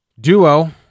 duo